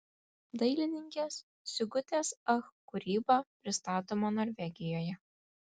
dailininkės sigutės ach kūryba pristatoma norvegijoje